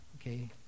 Okay